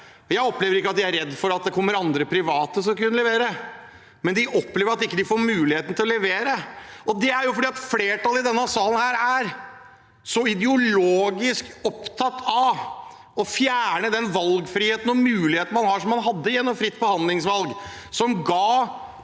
Jeg opplever ikke at de er redd for at det kommer andre private som vil kunne levere, men de opplever at de ikke får muligheten til å levere. Og det er fordi flertallet i denne salen er så ideologisk opptatt av å fjerne valgfriheten og mulighetene man hadde gjennom fritt behandlingsvalg, som ga